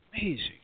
Amazing